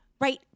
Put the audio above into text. right